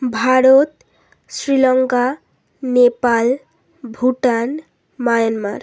Bharat Sri Lanka Nepal Bhutan Myanmar